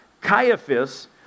Caiaphas